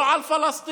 לא על פלסטין,